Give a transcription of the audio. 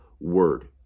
word